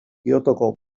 kyotoko